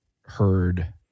heard